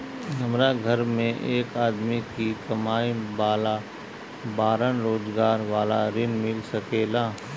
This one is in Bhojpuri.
हमरा घर में एक आदमी ही कमाए वाला बाड़न रोजगार वाला ऋण मिल सके ला?